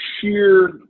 sheer